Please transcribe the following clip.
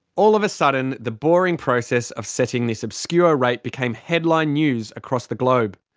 all of a sudden the boring process of setting this obscure rate became headline news across the globe.